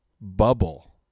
bubble